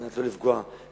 על מנת שלא לפגוע בבני-הזוג,